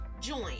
join